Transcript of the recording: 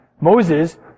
Moses